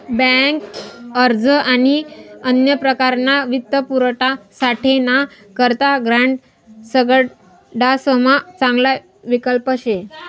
bank अर्ज आणि अन्य प्रकारना वित्तपुरवठासाठे ना करता ग्रांड सगडासमा चांगला विकल्प शे